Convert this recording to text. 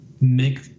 make